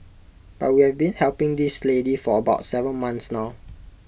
but we've been helping this lady for about Seven months now